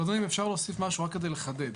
אדוני, אם אפשר להוסיף משהו רק כדי לחדד.